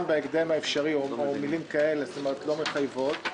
בהקדם האפשרי או מילים כאלה לא מחייבות.